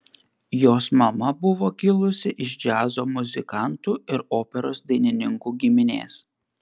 jos mama buvo kilusi iš džiazo muzikantų ir operos dainininkų giminės